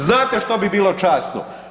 Znate što bi bilo časno?